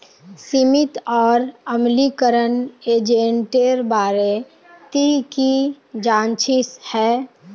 सीमित और अम्लीकरण एजेंटेर बारे ती की जानछीस हैय